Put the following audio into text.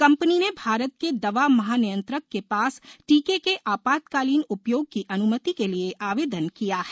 company ने भारत के दवा महानियंत्रक के पास टीके के आपातकालीन उपयोग की अन्मति के लिए आवेदन किया है